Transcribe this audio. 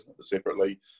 Separately